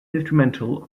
instrumental